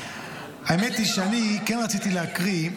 --- האמת היא שאני כן רציתי להקריא.